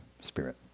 spirit